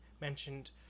mentioned